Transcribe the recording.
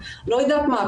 לא יודעת מה,